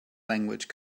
language